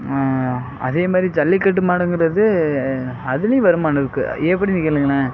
அதேமாதிரி ஜல்லிக்கட்டு மாடுங்கிறது அதுலேயும் வருமானம் இருக்கு எப்படினு கேளுங்களேன்